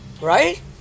Right